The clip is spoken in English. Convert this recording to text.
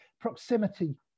proximity